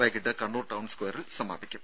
വൈകീട്ട് കണ്ണൂർ ടൌൺ സ്ക്വയറിൽ സമാപിക്കും